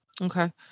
Okay